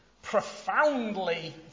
profoundly